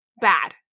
bad